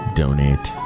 donate